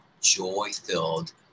joy-filled